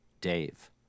Dave